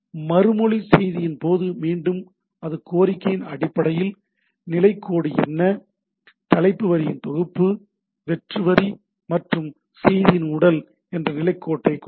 மறுமொழி செய்தியின் போது மீண்டும் அது கோரிக்கையின் அடிப்படையில் நிலைக் கோடு என்ன தலைப்பு வரிகளின் தொகுப்பு வெற்று வரி மற்றும் செய்தியின் உடல் என்ற நிலைக் கோட்டைக் கொண்டுள்ளது